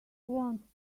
want